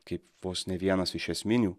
kaip vos ne vienas iš esminių